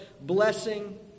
blessing